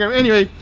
um anyway,